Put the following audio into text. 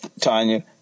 tanya